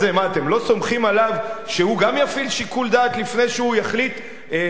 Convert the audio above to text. אתם לא סומכים עליו שהוא גם יפעיל שיקול דעת לפני שהוא יחליט לקבוע,